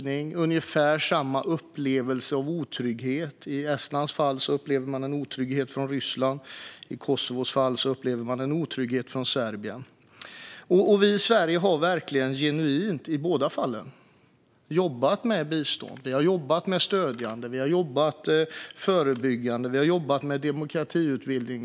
Man har ungefär samma upplevelse av otrygghet. I Estlands fall upplever man en otrygghet i förhållande till Ryssland. I Kosovos fall upplevs otryggheten i förhållande till Serbien. Vi i Sverige har i båda fallen jobbat genuint med bistånd. Vi har jobbat stödjande, vi har jobbat förebyggande och vi har jobbat med demokratiutbildning.